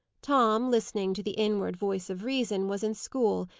tom, listening to the inward voice of reason, was in school,